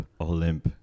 Olymp